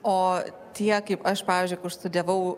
o tie kaip aš pavyzdžiui kur studijavau